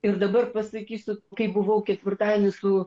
ir dabar pasakysiu kai buvau ketvirtadienį su